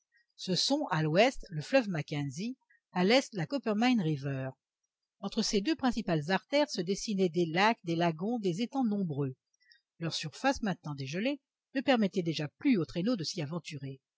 ce sont à l'ouest le fleuve mackenzie à l'est la copper mine river entre ces deux principales artères se dessinaient des lacs des lagons des étangs nombreux leur surface maintenant dégelée ne permettait déjà plus aux traîneaux de s'y aventurer